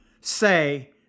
say